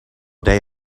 day